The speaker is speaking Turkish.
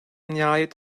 nihayet